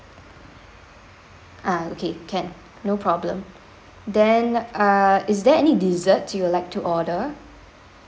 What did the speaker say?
ah okay can no problem then err is there any dessert you'd like to order